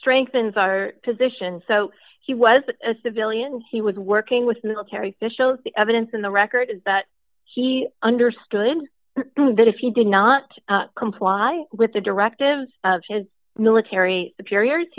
strengthens our position so he was a civilian he was working with military officials the evidence in the record is that he understood that if you did not comply with the directives of his military superiors